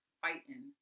fighting